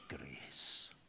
grace